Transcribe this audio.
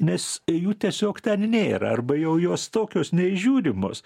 nes jų tiesiog ten nėra arba jau jos tokios neįžiūrimos